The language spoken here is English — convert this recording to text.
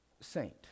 saint